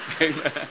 Amen